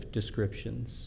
descriptions